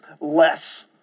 less